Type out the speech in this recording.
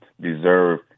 deserve